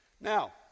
Now